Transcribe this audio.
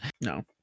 No